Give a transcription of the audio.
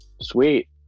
Sweet